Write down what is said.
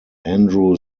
andrew